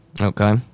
okay